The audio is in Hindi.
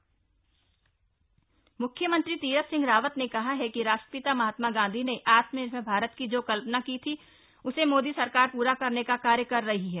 अमृत महोत्सव देहरादून म्ख्यमंत्री तीरथ सिंह रावत ने कहा है कि राष्ट्रपिता महात्मा गांधी ने आत्मनिर्भर भारत की जो कल्पना की थी उसे मोदी सरकार पूरा करने का कार्य कर रही है